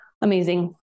amazing